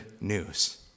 news